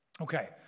Okay